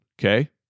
Okay